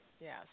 yes